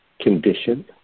condition